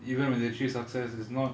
err even when they achieve success is not